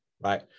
right